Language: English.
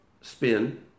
spin